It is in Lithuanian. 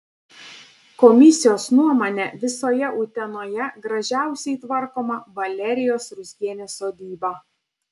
komisijos nuomone visoje utenoje gražiausiai tvarkoma valerijos ruzgienės sodyba